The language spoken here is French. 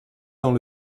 dans